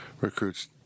recruits